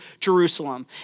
Jerusalem